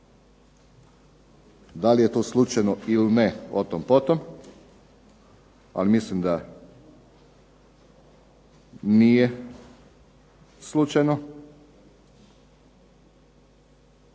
Da li je to slučajno ili ne, o tom potom, ali mislim da nije slučajno.